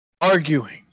arguing